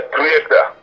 Creator